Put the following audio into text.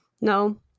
no